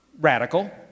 radical